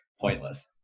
pointless